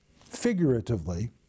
figuratively